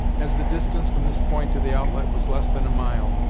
as the distance from this point to the outlet was less than a mile,